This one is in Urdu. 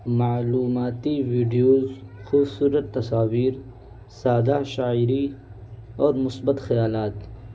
معلوماتی ویڈیوز خوبصورت تصاویر شادہ شاعری اور مثبت خیالات